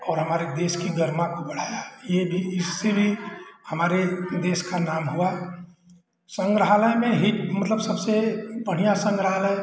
और हमारे देश की गरिमा को बढ़ाया ये भी इससे भी हमारे देश का नाम हुआ संग्रहालय में ही मतलब सबसे बढ़िया संग्रहालय